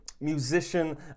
musician